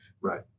Right